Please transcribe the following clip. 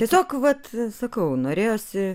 tiesiog vat sakau norėjosi